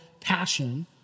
passion